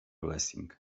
lessing